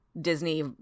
disney